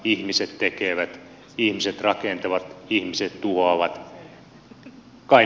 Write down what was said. ihmiset tekevät ihmiset rakentavat ihmiset tuhoavat